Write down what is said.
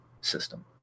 system